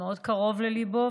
שמאוד קרוב לליבו,